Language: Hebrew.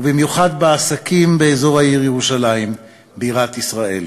ובמיוחד בעסקים באזור העיר ירושלים בירת ישראל,